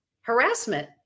harassment